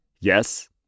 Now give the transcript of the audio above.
yes